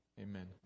Amen